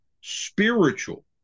spiritual